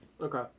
Okay